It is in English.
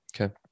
okay